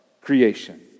creation